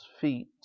feet